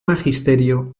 magisterio